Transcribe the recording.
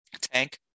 tank